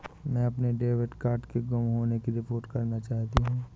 मैं अपने debit card के गुम होने की रिपोर्ट करना चाहती हूँ